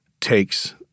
takes